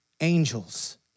angels